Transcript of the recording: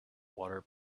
water